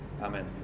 Amen